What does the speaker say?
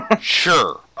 Sure